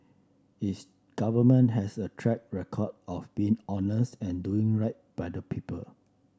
its Government has a track record of being honest and doing right by the people